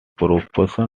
proportion